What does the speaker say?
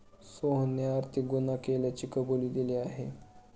सोहनने आर्थिक गुन्हा केल्याची कबुली दिली आहे